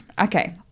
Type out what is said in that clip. Okay